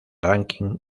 ranking